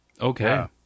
Okay